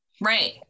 Right